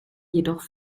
jedoch